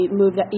moved